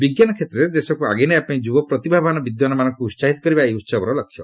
ବିଜ୍ଞାନ କ୍ଷେତ୍ରରେ ଦେଶକୁ ଆଗେଇନେବା ପାଇଁ ଯୁବ ପ୍ରତିଭାବାନ ବିଦ୍ୱାନମାନଙ୍କୁ ଉସାହିତ କରିବା ଏହି ଉସବର ଲକ୍ଷ୍ୟ